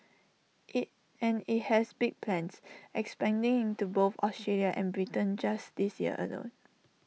hey and IT has big plans expanding into both Australia and Britain just this year alone